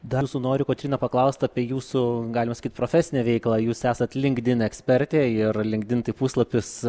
dar jūsų noriu kotryna paklaust apie jūsų galima sakyt profesinę veiklą jūs esat linkdine ekspertė ir linkdin tai puslapis